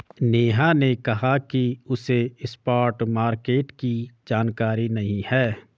नेहा ने कहा कि उसे स्पॉट मार्केट की जानकारी नहीं है